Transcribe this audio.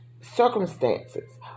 circumstances